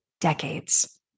decades